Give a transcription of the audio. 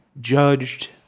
judged